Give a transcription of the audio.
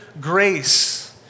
grace